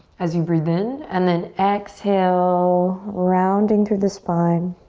as you breathe in and then exhale, rounding through the spine.